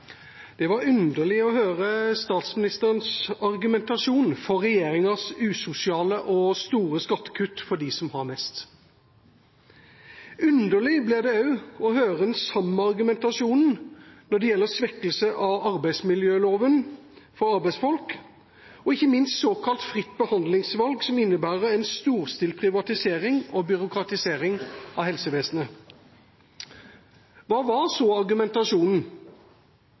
Det var underlig å høre statsministerens argumentasjon for regjeringas usosiale og store skattekutt for dem som har mest. Underlig ble det også å høre den samme argumentasjonen når det gjelder svekkelse av arbeidsmiljøloven for arbeidsfolk og ikke minst såkalt fritt behandlingsvalg, som innebærer en storstilt privatisering og byråkratisering av helsevesenet. Hva var så argumentasjonen?